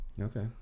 Okay